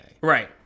Right